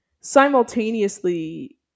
simultaneously